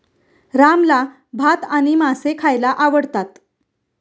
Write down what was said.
रामला भात आणि मासे खायला आवडतात